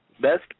Best